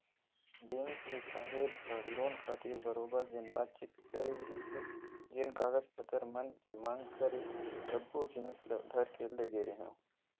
bank के साहेब ह लोन खातिर बरोबर जेन बातचीत करे रिहिस हे जेन कागज पतर मन के मांग करे सब्बो जिनिस ल धर के लेगे रेहेंव